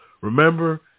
Remember